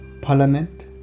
parliament